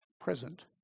present